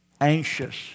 anxious